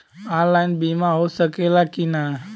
Online बीमा हो सकेला की ना?